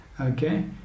okay